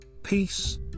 peace